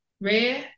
rare